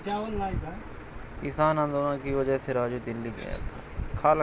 किसान आंदोलन की वजह से राजू दिल्ली गया था